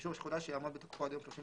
אישור שחודש יעמוד בתוקפו עד יום 31